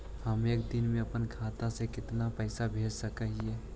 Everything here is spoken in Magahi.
हम एक दिन में अपन खाता से कितना पैसा भेज सक हिय?